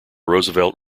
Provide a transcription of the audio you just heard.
roosevelt